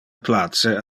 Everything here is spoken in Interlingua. place